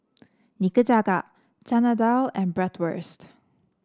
Nikujaga Chana Dal and Bratwurst